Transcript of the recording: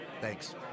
Thanks